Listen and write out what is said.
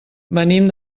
venim